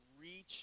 reach